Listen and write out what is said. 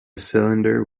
cylinder